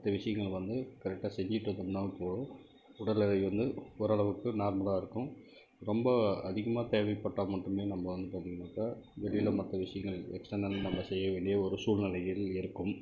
மற்ற விஷயங்கள் வந்து கரெக்ட்டாக செஞ்சுகிட்டு இருந்தோம்ன்னால்வே போதும் உடல் எடை வந்து ஓரளவுக்கு நார்மலாக இருக்கும் ரொம்ப அதிகமாக தேவைப்பட்டால் மட்டுமே நம்ம வந்து பார்த்தீங்கன்னாக்கா வெளியில் மற்ற விஷயங்கள் எக்ஸ்டர்னலாக நம்ம செய்ய வேண்டிய ஒரு சூழ்நிலையும் இருக்கும்